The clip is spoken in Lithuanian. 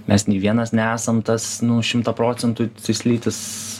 mes nė vienas nesam tas nu šimtą procentų cislytis